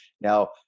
Now